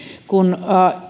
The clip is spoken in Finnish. kun